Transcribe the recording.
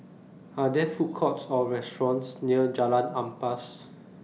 Are There Food Courts Or restaurants near Jalan Ampas